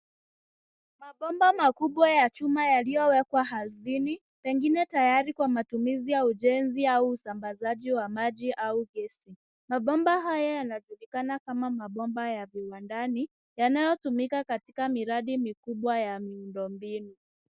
Mabomba makubwa ya chuma yaliyo wekwa ardhini pengine tayari kwa matumizi ya ujenzi au usambazaji wa maji au gesi mabomba haya yanajulikana kama mabomba ya viwandani yanayotumika katika miradi mikubwa ya miundo mbinu.